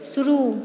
शुरू